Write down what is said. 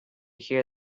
hear